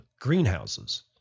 greenhouses